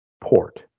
port